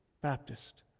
Baptist